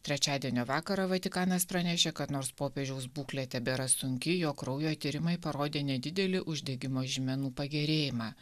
trečiadienio vakarą vatikanas pranešė kad nors popiežiaus būklė tebėra sunki jo kraujo tyrimai parodė nedidelį uždegimo žymenų pagerėjimą